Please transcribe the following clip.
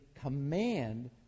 command